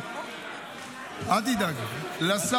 לך.